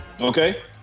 Okay